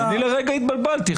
אני לרגע התבלבלתי,